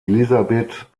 elisabeth